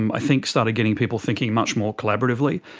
i think, started getting people thinking much more collaboratively.